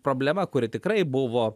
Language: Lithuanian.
problema kuri tikrai buvo